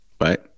right